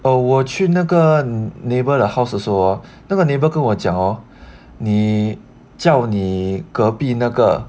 哦我去那个 neighbour 的 house 的时候 hor 那个 neighbour 跟我讲你叫你隔壁那个